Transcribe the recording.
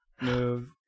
move